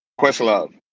Questlove